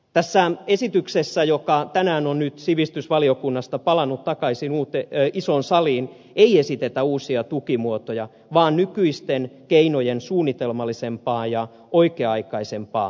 tässä esityksessä joka tänään on nyt sivistysvaliokunnasta palannut takaisin isoon saliin ei esitetä uusia tukimuotoja vaan nykyisten keinojen suunnitelmallisempaa ja oikea aikaisempaa käyttämistä